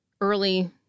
early